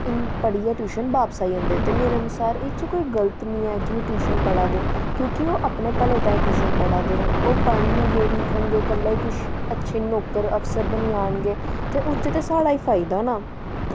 पढ़ियै ट्यूशन बापस आई जंदे ते मेरे अनुसार एह्दे च कोई गलत निं ऐ कि ओह् ट्यूशन पढ़ा दे क्योंकि ओह् अपने भले ताहीं ट्यूशन पढ़ा दे ओह् पढ़नगे लिखनगे कल्ला ई कुछ अच्छे नौकर अफसर बनी जानगे ते ओह्दे च ते साढ़ा ई फायदा ना